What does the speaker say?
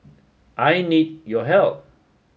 I need your help